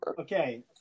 okay